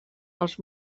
els